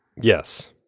Yes